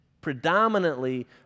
predominantly